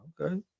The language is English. Okay